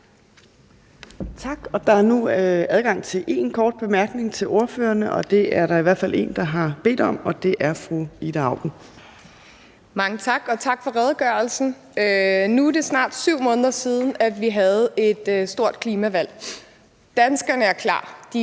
Tak. Der er nu adgang til én kort bemærkning til ordførerne, og det er der i hvert fald én, der har bedt om, og det er fru Ida Auken. Kl. 10:09 Ida Auken (RV): Mange tak, og tak for redegørelsen. Nu er det snart 7 måneder siden, at vi havde et stort klimavalg. Danskerne er klar;